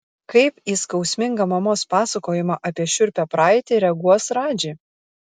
kaip į skausmingą mamos pasakojimą apie šiurpią praeitį reaguos radži